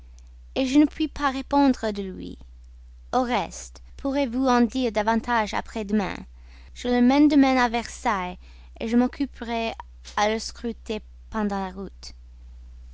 tient je ne puis pas répondre de lui au reste je pourrai vous en dire davantage après demain je le mène demain à versailles je m'occuperai à le scruter pendant la route